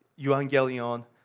evangelion